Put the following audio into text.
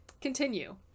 continue